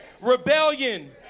rebellion